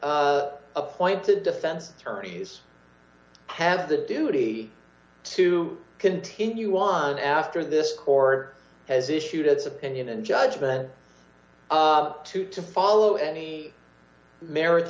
appointed defense attorneys have the duty to continue on after this court has issued its opinion and judgment to to follow any merit